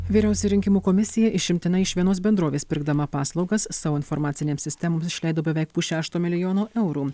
vyriausioji rinkimų komisija išimtinai iš vienos bendrovės pirkdama paslaugas savo informacinėms sistemoms išleido beveik pusšešto milijono eurų